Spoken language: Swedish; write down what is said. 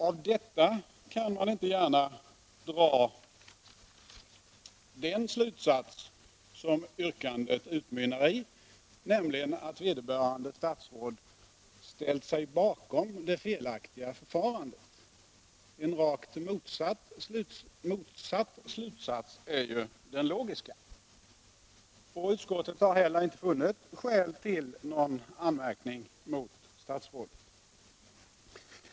Av detta kan man inte gärna dra den slutsats som yrkandet utmynnar i, nämligen att vederbörande statsråd ställt sig bakom det felaktiga förfarandet. En rakt motsatt slutsats är ju den logiska. Utskottet har heller inte funnit skäl till någon anmärkning mot statsrådet.